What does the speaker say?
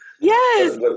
Yes